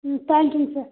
ம் தேங்க்யூங்க சார்